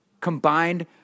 combined